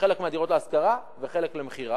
שחלק מהדירות להשכרה וחלק למכירה,